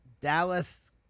Dallas